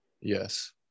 yes